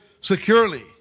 securely